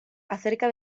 acerca